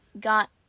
got